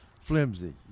flimsy